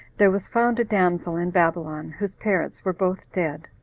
there was found a damsel in babylon, whose parents were both dead,